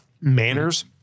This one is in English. Manners